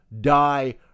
die